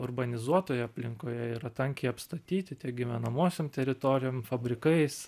urbanizuotoj aplinkoje yra tankiai apstatyti tiek gyvenamosiom teritorijom fabrikais